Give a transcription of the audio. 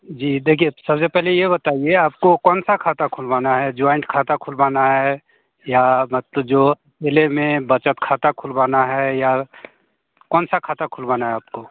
जी देखिए सबसे पहले यह बताईए आपको कौनसा खाता खुलवाना है जॉइंट खाता खुलवाना है या मत जो जिले में बचत खाता खुलवाना है या कौनसा खाता खुलवाना है आपको